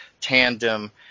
tandem